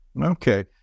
Okay